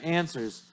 answers